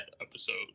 episode